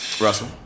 Russell